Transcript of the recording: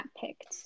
picked